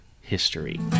history